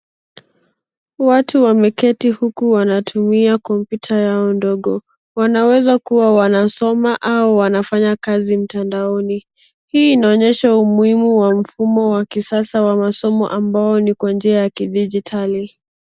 Watu wameketi huku wanatumia kompyuta yao ndogo. Wanaweza kuwa wanasoma au wanafanya kazi mtandaoni. Hii inaonyesha umuhimu wa mfumo wa kisasa wa masomo ambayo ni kwa njia ya kidijitali.